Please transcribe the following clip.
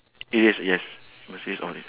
erase erase cause we found it